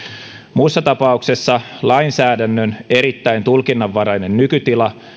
muussa tapauksessa lainsäädännön erittäin tulkinnanvarainen nykytila